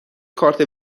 کارت